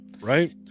right